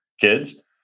kids